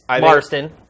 Marston